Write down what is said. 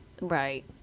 right